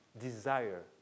desire